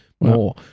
more